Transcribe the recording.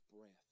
breath